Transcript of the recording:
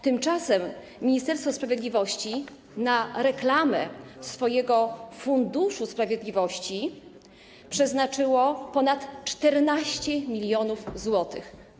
Tymczasem Ministerstwo Sprawiedliwości na reklamę swojego Funduszu Sprawiedliwości przeznaczyło ponad 14 mln zł.